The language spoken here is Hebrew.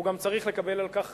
הוא גם צריך לקבל על כך